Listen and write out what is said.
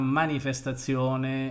manifestazione